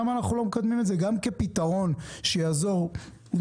למה אנחנו לא מקדמים את זה גם כפתרון שיעזור לפעמים